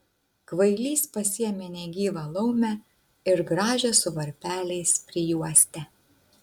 kvailys pasiėmė negyvą laumę ir gražią su varpeliais prijuostę